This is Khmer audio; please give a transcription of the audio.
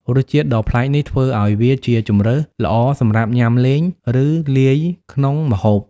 រសជាតិដ៏ប្លែកនេះធ្វើឲ្យវាជាជម្រើសល្អសម្រាប់ញ៉ាំលេង ឬលាយក្នុងម្ហូប។